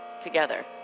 together